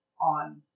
on